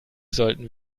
sollten